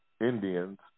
Indians